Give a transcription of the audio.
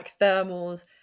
thermals